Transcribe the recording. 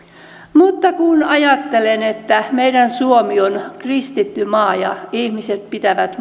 mutta kun ajattelen että meidän suomi on kristitty maa ja monet ihmiset pitävät